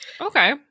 Okay